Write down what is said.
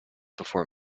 before